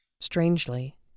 Strangely